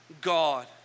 God